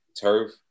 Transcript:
turf